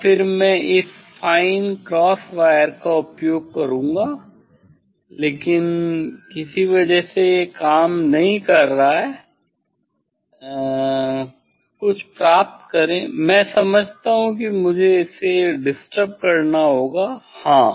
और फिर मैं इस फाइन क्रॉस वायर का उपयोग करूंगा लेकिन किसी वजह से यह काम नहीं कर रहा है कुछ प्राप्त करेमें समझाता हूँ कि मुझे इसे डिस्टर्ब करना होगा हां